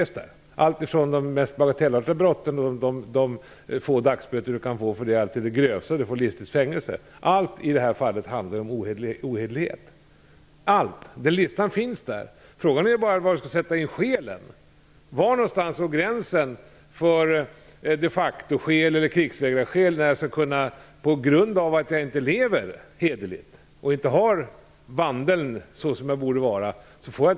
Där finns alltifrån de mest bagatellartade brott som kan ge ett fåtal dagsböter till de grövsta som kan ge livstids fängelse. Allt i det här fallet handlar ju om ohederlighet. Allt! Listan finns där! Frågan är bara var man skall sätta in skälen. Var går gränsen för de facto-skäl eller krigsvägrarskäl när jag inte får tillstånd att leva i Sverige på grund av att jag inte lever hederligt och att min vandel inte är såsom den borde vara?